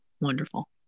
wonderful